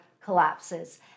collapses